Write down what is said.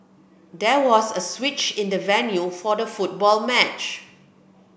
there was a switch in the venue for the football match